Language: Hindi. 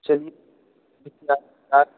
चलिए इतना तक